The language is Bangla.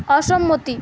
অসম্মতি